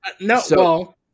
No